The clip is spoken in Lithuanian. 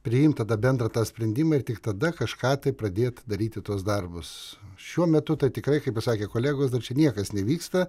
priimt tada bendrą tą sprendimą ir tik tada kažką tai pradėt daryti tuos darbus šiuo metu tai tikrai kaip ir sakė kolegos dar čia niekas nevyksta